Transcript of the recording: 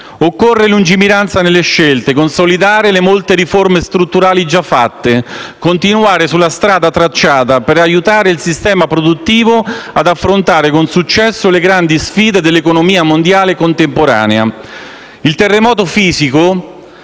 Occorre lungimiranza nelle scelte, consolidare le molte riforme strutturali già fatte, continuare sulla strada tracciata per aiutare il sistema produttivo ad affrontare con successo le grandi sfide dell'economia mondiale contemporanea. Il terremoto fisico